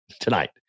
tonight